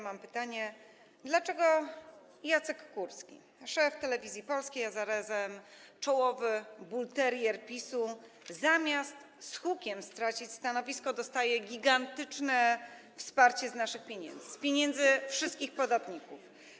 Mam pytanie: Dlaczego Jacek Kuski, szef Telewizji Polskiej, a zarazem czołowy bulterier PiS-u, zamiast z hukiem stracić stanowisko, dostaje gigantyczne wsparcie z naszych pieniędzy, z pieniędzy wszystkich podatników?